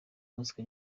muzika